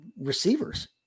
receivers